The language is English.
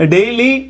Daily